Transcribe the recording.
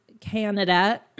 Canada